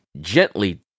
gently